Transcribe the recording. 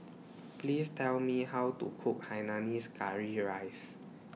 Please Tell Me How to Cook Hainanese Curry Rice